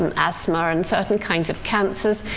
um asthma and certain kinds of cancers,